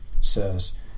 says